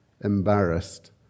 embarrassed